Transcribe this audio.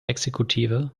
exekutive